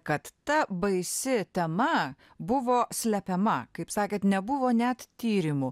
kad ta baisi tema buvo slepiama kaip sakėt nebuvo net tyrimo